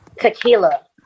tequila